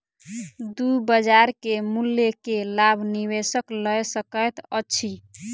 दू बजार के मूल्य के लाभ निवेशक लय सकैत अछि